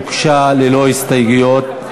הוגשה ללא הסתייגויות.